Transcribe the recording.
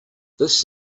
this